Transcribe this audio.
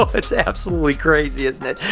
it's absolutely crazy isn't it.